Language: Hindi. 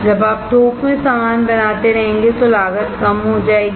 जब आप बल्कमें सामान बनाते रहेंगे तो लागत कम हो जाएगी